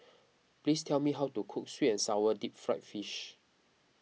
please tell me how to cook Sweet and Sour Deep Fried Fish